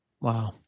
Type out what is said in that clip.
Wow